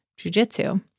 jujitsu